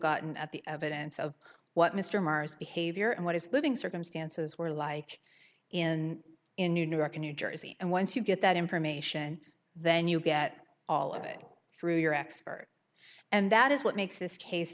gotten at the evidence of what mr marrs behavior and what his living circumstances were like in in new york and new jersey and once you get that information then you get all of it through your expert and that is what makes this case